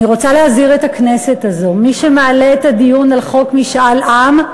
אני רוצה להזהיר את הכנסת הזאת: מי שמעלה את הדיון על חוק משאל עם,